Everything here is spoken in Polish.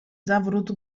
zawrót